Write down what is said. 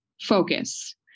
focus